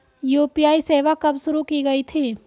UPI सेवा कब शुरू की गई थी?